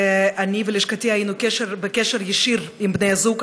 אני ולשכתי היינו בקשר ישיר עם בני הזוג.